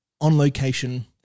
on-location